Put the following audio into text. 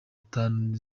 tanu